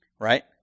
Right